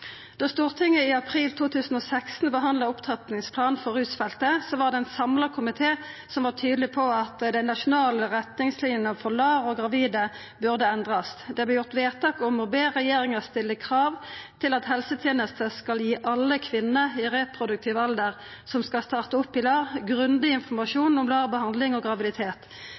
Stortinget i april 2016 behandla Opptrappingsplanen for rusfeltet, var ein samla komité tydeleg på at dei nasjonale retningslinjene for LAR og gravide burde endrast. Det vart gjort vedtak om å be regjeringa stilla krav til at helsetenesta skal gi alle kvinner i reproduktiv alder som skal starta opp i LAR, grundig informasjon om LAR-behandling og graviditet.